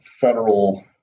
federal